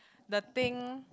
the thing